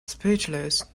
speechless